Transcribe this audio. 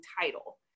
title